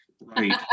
Right